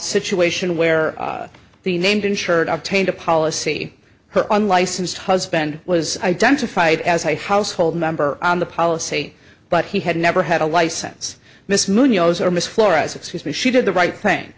situation where the named insured octane to policy her unlicensed husband was identified as a household member on the policy but he had never had a license miss munoz or miss flora's excuse me she did the right thing